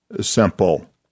simple